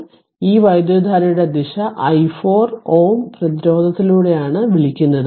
അതിനാൽ ഈ വൈദ്യുതധാരയുടെ ദിശ i 4 Ω പ്രതിരോധത്തിലൂടെയാണ് വിളിക്കുന്നത്